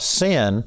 sin